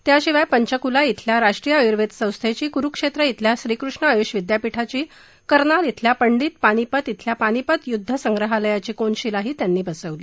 त्याशिवाय पंचकुला बिल्या राष्ट्रीय आयुर्वेद संस्थेची कुरुक्षेत्र बिल्या श्रीकृष्ण आयुष विद्यापीठाची कर्नाल श्रिल्या पंडित पानिपत श्रिल्या पनिपत युद्ध संग्रहालयाचं कोनशिलाही त्यांनी बसवली